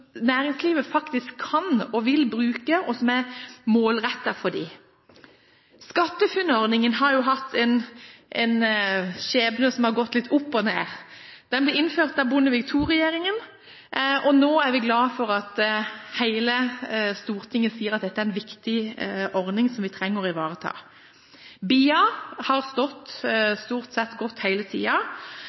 næringslivet faktisk kan og vil bruke, og som er målrettet for dem. SkatteFUNN-ordningen har hatt en skjebne som har gått litt opp og ned. Den ble innført av Bondevik II-regjeringen, og nå er vi glad for at hele Stortinget sier at dette er en viktig ordning som vi trenger å ivareta. BIA har stort sett vært hele tiden og er et godt